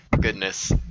goodness